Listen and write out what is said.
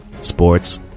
sports